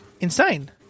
insane